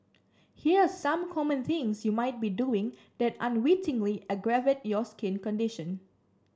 here are some common things you might be doing that unwittingly aggravate your skin condition